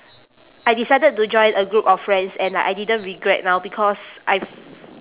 I decided to join a group of friends and like I didn't regret now because I f~